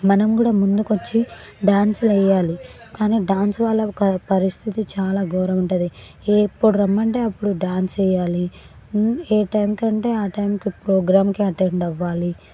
మనం కూడా ముందుకి వచ్చి డాన్స్ వేయాలి కానీ డాన్స్ వల్ల ఒక పరిస్థితి చాలా ఘోరం ఉంటుంది ఏప్పుడు రమ్మంటే అప్పుడు డాన్స్ వేయాలి ఏ టైంకి అంటే ఆ టైంకి ప్రోగ్రాంకి అటెండ్ అవ్వాలి